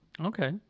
okay